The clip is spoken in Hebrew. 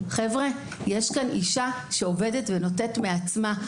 חבר'ה, יש כאן אישה שעובדת ונותנת מעצמה.